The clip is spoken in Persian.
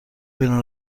بیرون